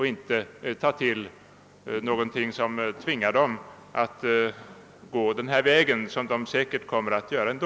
Vi bör inte tvinga dem att göra något som de säkert kommer att göra ändå.